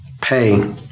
pay